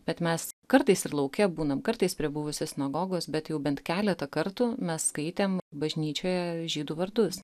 bet mes kartais ir lauke būnam kartais prie buvusios sinagogos bet jau bent keletą kartų mes skaitėm bažnyčioje žydų vardus